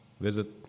Visit